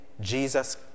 Jesus